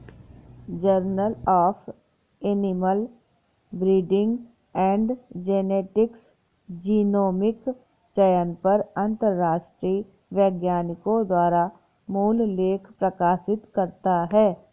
journal of animal breeding and genetics genomic चयन पर अंतरराष्ट्रीय वैज्ञानिकों द्वारा मूल लेख प्रकाशित करता है